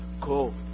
go